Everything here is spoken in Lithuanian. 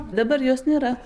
dabar jos nėra